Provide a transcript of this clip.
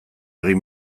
egin